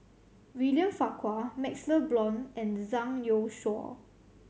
William Farquhar MaxLe Blond and Zhang Youshuo